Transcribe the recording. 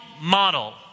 model